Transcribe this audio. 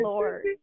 Lord